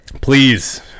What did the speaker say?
Please